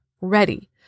ready